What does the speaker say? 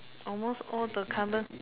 almost all the current